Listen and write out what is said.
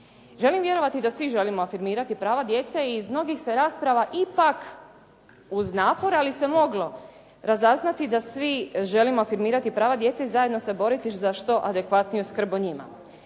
Želim vjerovati da svi želimo afirmirati prava djece i iz mnogih se rasprava ipak uz napor, ali se moglo razaznati da svi želimo afirmirati prava djece i zajedno se boriti za što adekvatniju skrb o njima.